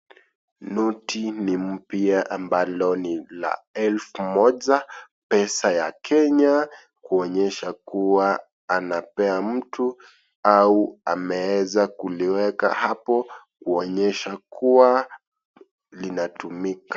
Noti ni mpya ambalo ni la elfu moja pesa ya Kenya kuonyesha kuwa anapea mtu au ameweza kuliweka hapo kuonyesha kuwa linatumika.